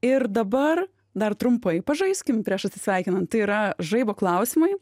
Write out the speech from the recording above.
ir dabar dar trumpai pažaiskim prieš atsisveikinant tai yra žaibo klausimai